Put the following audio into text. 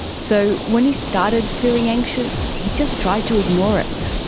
so when he started feeling anxious he just tried to ignore it.